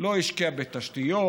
היא לא השקיעה בתשתיות,